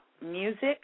music